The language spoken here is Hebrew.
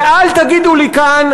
ואל תגידו לי כאן,